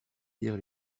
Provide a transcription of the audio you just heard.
dire